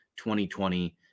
2020